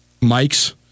Mikes